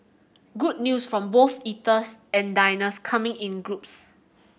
good news from both eaters and diners coming in groups